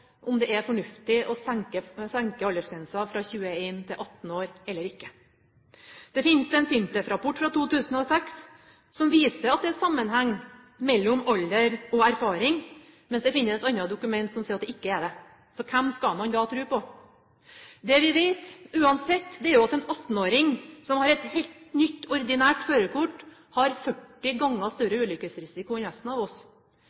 om det er fornuftig å senke aldersgrensen fra 21 til 18 år eller ikke. Det finnes en SINTEF-rapport fra 2006 som viser at det er sammenheng mellom alder og erfaring, mens det finnes andre dokumenter som sier at det ikke er det. Så hvem skal man da tro på? Det vi vet uansett, er at en 18-åring som har et helt nytt, ordinært førerkort, har 40 ganger større ulykkesrisiko enn resten av oss.